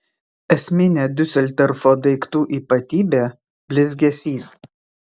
esminė diuseldorfo daiktų ypatybė blizgesys